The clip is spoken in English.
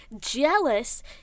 jealous